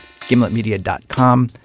gimletmedia.com